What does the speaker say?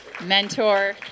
mentor